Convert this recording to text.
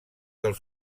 del